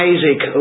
Isaac